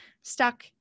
stuck